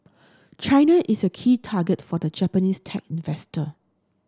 China is a key target for the Japanese tech investor